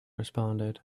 responded